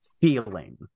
feeling